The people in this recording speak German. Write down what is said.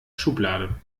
schublade